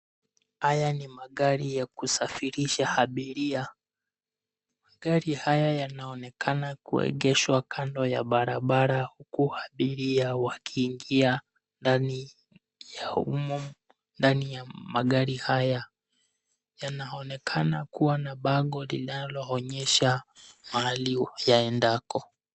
Haya ni magari ya kusfirisha abiria. Gari haya yanaonekana kuegeshwa kando ya barabara huku abiria wakiingia ndani ya magari haya, yanaonekana kuwa na bango linaloonyesha mahali yaendako.